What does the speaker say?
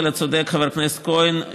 אלא צודק חבר הכנסת כהן,